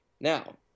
Now